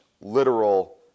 literal